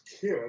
kid